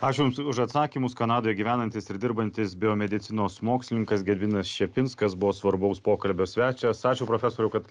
ačiū jums už atsakymus kanadoje gyvenantis ir dirbantis biomedicinos mokslininkas gediminas čepinskas buvo svarbaus pokalbio svečias ačiū profesoriau kad